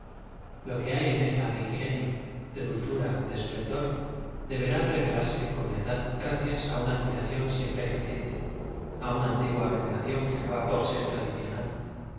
o que ba en ésta de ingenio de dulzura de esplendor deberá revelarse con la edad gracias á una admiración siempre ere dente á una antigua veneración que acaba por ser tradicional